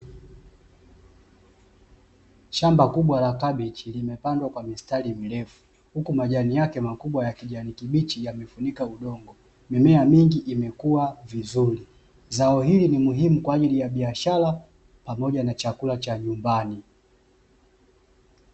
Shamba kubwa la kabichi, limepandwa kwa mistari mirefu, huku majani yake makubwa ya kijani kibichi yamefunika udongo, mimea mingi imekuwa vizuri. Zao hili ni muhimu kwa ajili ya biashara pamoja na chakula cha nyumbani.